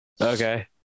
Okay